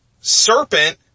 serpent